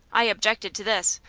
i objected to this.